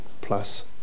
plus